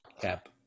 Cap